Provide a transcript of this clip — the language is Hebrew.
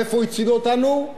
ואיפה הצעידו אותנו?